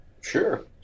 Sure